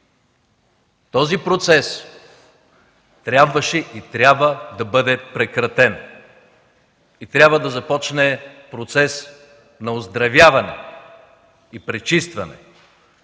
Този процес трябваше и трябва да бъде прекратен. И трябва да започне процес на оздравяване и пречистване